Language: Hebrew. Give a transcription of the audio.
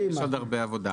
יש עוד הרבה עבודה.